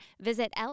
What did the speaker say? visit